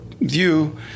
view